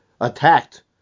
attacked